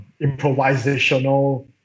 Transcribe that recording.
improvisational